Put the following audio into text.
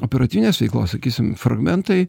operatyvinės veiklos sakysim fragmentai